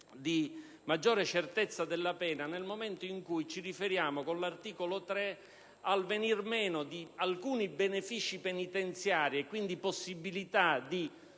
una maggiore certezza della pena nel momento in cui si riferisce, mediante l'articolo 3, al venire meno di alcuni benefici penitenziari e, quindi, della possibilità di